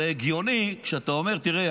זה הגיוני כשאתה אומר: תראה,